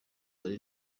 hari